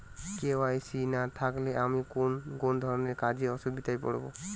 KYC না থাকলে আমি কোন কোন ধরনের কাজে অসুবিধায় পড়ব?